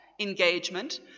engagement